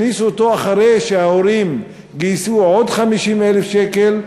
הכניסו אותו אחרי שההורים גייסו עוד 50,000 שקל,